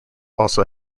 also